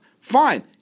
fine